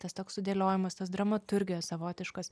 tas toks sudėliojimas tos dramaturgijos savotiškas